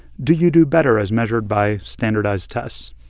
do you do better as measured by standardized tests?